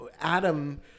Adam